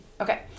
Okay